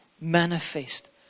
manifest